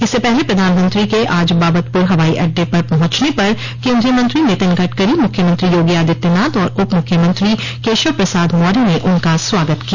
इससे पहले प्रधानमंत्री के आज बाबतपुर हवाई अड्डे पर पहुंचने पर केन्द्रीय मंत्री नितिन गडकरी मुख्यमंत्री योगी आदित्यनाथ और उप मुख्यमंत्री केशव प्रसाद मौर्य ने उनका स्वागत किया